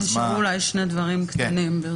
נשארו שלושה דברים קטנים.